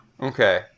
Okay